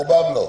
רובם לא.